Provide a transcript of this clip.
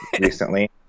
recently